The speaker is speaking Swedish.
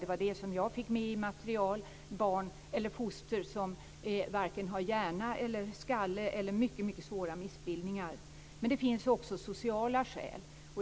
Det var sådant som jag fick med i mitt material - foster som varken har hjärna eller skalle eller som har andra mycket svåra missbildningar. Men det finns också sociala skäl.